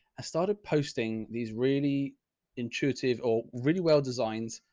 i started posting these really intuitive or really well designed.